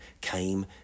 came